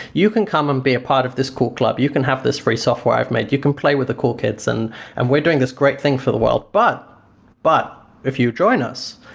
you can come and be a part of this cool club. you can have this free software i've made. you can play with the cool kids and and we're doing this great thing for the world. but but if you join us,